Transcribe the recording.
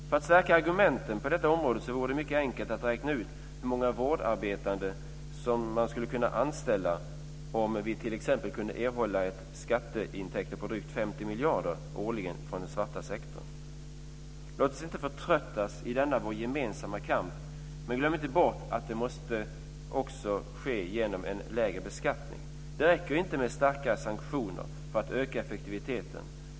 För att stärka argumentet på detta område vore det mycket enkelt att räkna ut hur många vårdarbetande man skulle kunna anställa om vi t.ex. kunde erhålla skatteintäkter på drygt 50 miljarder årligen från den svarta sektorn. Låt oss inte förtröttas i denna vår gemensamma kamp. Men glöm inte bort att det också måste ske genom en lägre beskattning. Det räcker inte med starkare sanktioner för att öka effektiviteten.